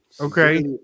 Okay